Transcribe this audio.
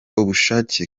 ubushake